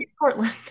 portland